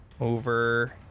Over